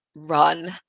run